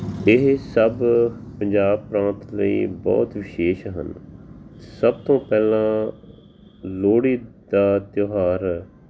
ਇਹ ਸਭ ਪੰਜਾਬ ਪ੍ਰਾਂਤ ਲਈ ਬਹੁਤ ਵਿਸ਼ੇਸ਼ ਹਨ ਸਭ ਤੋਂ ਪਹਿਲਾਂ ਲੋਹੜੀ ਦਾ ਤਿਉਹਾਰ